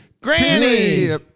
granny